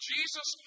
Jesus